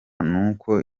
n’uko